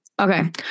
Okay